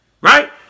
right